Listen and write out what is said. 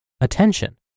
attention